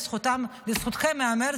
לזכותכם ייאמר,